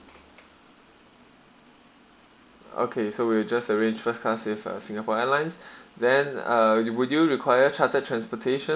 okay so religious arrange first can't save a singapore airlines then uh you would you require chartered transportation